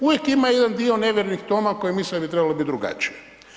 Uvijek ima jedan dio nevjernih Toma koji misle da bi trebalo biti drugačije.